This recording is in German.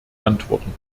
antworten